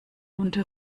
lunte